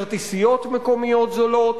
כרטיסיות מקומיות זולות.